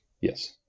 Yes